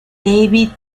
david